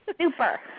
super